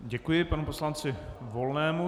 Děkuji panu poslanci Volnému.